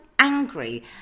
Angry